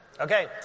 Okay